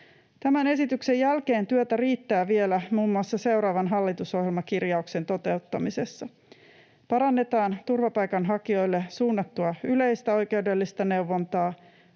Tämän esityksen jälkeen työtä riittää vielä muun muassa seuraavan hallitusohjelmakirjauksen toteuttamisessa: ”Parannetaan turvapaikanhakijoille suunnattua yleistä oikeudellista neuvontaa,